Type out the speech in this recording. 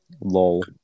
Lol